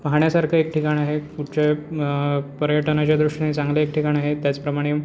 पाहण्यासारखं एक ठिकाण आहे कुठच्या पर्यटनाच्या दृष्टीने चांगलं एक ठिकाण आहे त्याचप्रमाणे